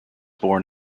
born